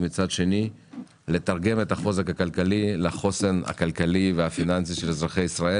ולתרגם את החוזק הכלכלי לחוסן הכלכלי והפיננסי של אזרח מדינת ישראל